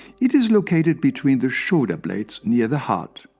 it is located between the shoulder blades near the heart.